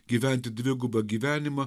gyventi dvigubą gyvenimą